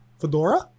Fedora